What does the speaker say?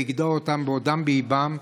לגדוע אותם בעודם באיבם,